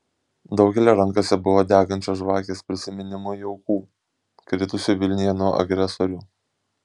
daugelio rankose buvo degančios žvakės prisiminimui aukų kritusių vilniuje nuo agresorių